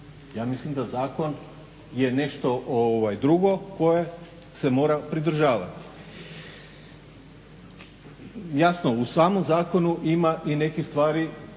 Ja mislim da zakon je nešto drugo koje se mora pridržavati. Jasno, u samom zakonu ima i nekih stvari